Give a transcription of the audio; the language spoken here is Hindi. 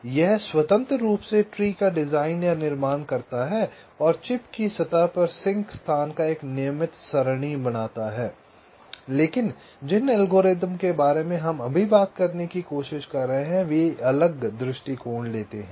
यह स्वतंत्र रूप से ट्री का डिज़ाइन या निर्माण करता है और चिप की सतह पर सिंक स्थान का एक नियमित सरणी बनाता है लेकिन जिन एल्गोरिदम के बारे में हम अभी बात करने की कोशिश कर रहे हैं वे एक अलग दृष्टिकोण लेते हैं